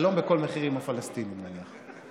שלום בכל מחיר עם הפלסטינים, נניח.